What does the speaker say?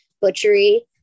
butchery